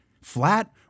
Flat